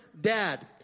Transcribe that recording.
dad